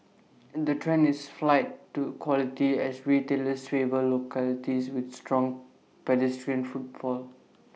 the trend is flight to quality as retailers favour localities with strong pedestrian footfall